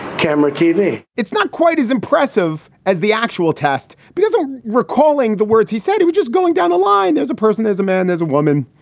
camera, tv, it's not quite as impressive as the actual test because i'm recalling the words he said he was just going down the line. there's a person. there's a man. there's a woman.